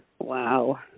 Wow